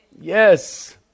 Yes